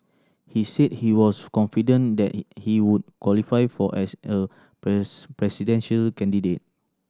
he said he was confident that he would qualify for as a presidential candidate